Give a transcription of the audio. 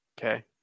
Okay